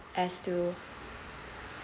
as to